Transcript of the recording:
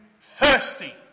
thirsty